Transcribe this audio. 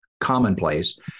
commonplace